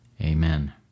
Amen